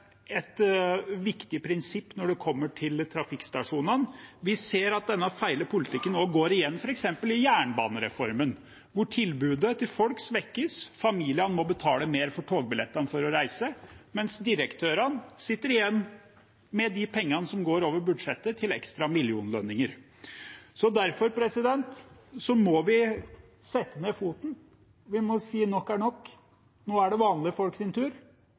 et viktig prinsipp når det gjelder trafikkstasjonene. Vi ser at denne feile politikken også går igjen f.eks. i forbindelse med jernbanereformen, hvor tilbudet til folk svekkes, og familier må betale mer for togbillettene for å reise, mens direktørene sitter igjen med de pengene som går over budsjettet til ekstra millionlønninger. Derfor må vi sette ned foten og si: Nok er nok! Nå er det vanlige folks tur.